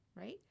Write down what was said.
Right